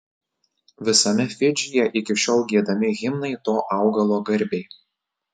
visame fidžyje iki šiol giedami himnai to augalo garbei